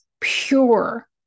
pure